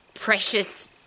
precious